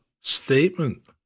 statement